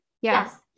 yes